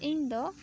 ᱤᱧ ᱫᱚ